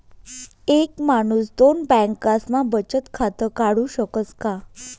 एक माणूस दोन बँकास्मा बचत खातं काढु शकस का?